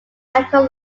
michael